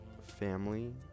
family